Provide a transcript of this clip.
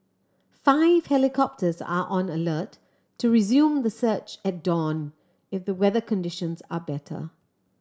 five helicopters are on alert to resume the search at dawn if the weather conditions are better